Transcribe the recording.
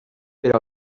per